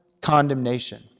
condemnation